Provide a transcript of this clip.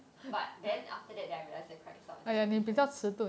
but then after that then I realized that crack sound is different